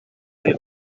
del